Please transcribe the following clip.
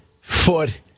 foot